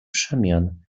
przemian